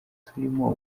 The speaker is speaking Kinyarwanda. turimo